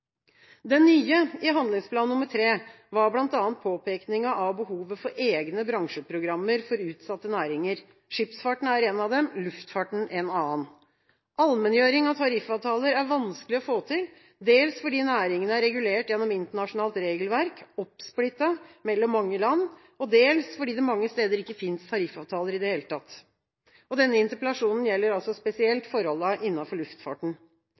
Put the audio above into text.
nye i handlingsplan nr. 3 var bl.a. påpekinga av behovet for egne bransjeprogrammer for utsatte næringer. Skipsfarten er en av dem, luftfarten en annen. Allmenngjøring av tariffavtaler er vanskelig å få til, dels fordi næringene er regulert gjennom internasjonalt regelverk, oppsplittet mellom mange land, og dels fordi det mange steder ikke finnes tariffavtaler i det hele tatt. Denne interpellasjonen gjelder altså spesielt forholdene innenfor luftfarten.